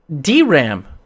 DRAM